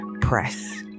press